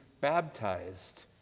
baptized